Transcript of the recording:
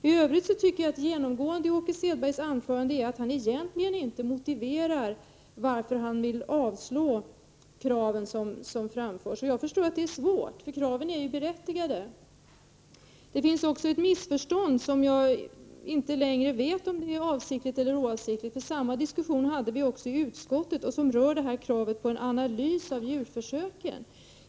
I övrigt tycker jag mig märka att Åke Selberg genomgående låter bli att motivera varför han vill avstyrka de krav som framförs. Jag förstår att det är svårt, för kraven är berättigade. Här finns ett missförstånd som jag inte längre vet om det är avsiktligt eller oavsiktligt — samma diskussion hade vi i utskottet — och det rör kravet på en analys av djurförsöken.